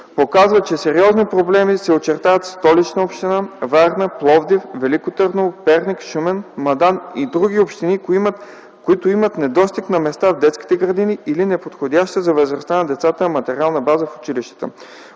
показва, че сериозни проблеми се очертават в Столична община, Варна, Пловдив, Велико Търново, Перник, Шумен, Мадан и други общини, които имат недостиг на места в детските градини или неподходяща за възрастта на децата материална база в училищата.